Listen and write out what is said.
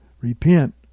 repent